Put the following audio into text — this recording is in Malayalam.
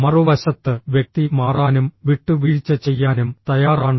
മറുവശത്ത് വ്യക്തി മാറാനും വിട്ടുവീഴ്ച ചെയ്യാനും തയ്യാറാണ്